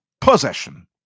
possession